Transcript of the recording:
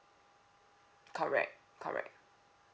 correct correct